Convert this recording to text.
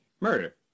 Murder